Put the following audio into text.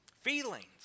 Feelings